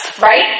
right